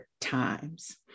times